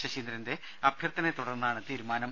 ശശീന്ദ്രന്റെ അഭ്യർത്ഥനയെ തുടർന്നാണ് തീരുമാനം